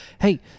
Hey